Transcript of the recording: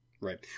Right